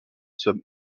somme